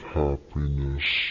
happiness